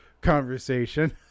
conversation